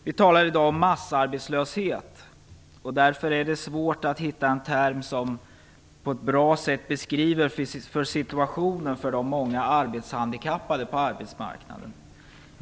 Vi talar i dag om massarbetslöshet, och därför är det svårt att hitta en term som på ett bra sätt beskriver situationen för de många arbetshandikappade på arbetsmarknaden.